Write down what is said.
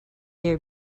their